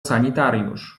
sanitariusz